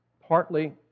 partly